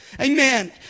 Amen